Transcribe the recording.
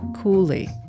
coolly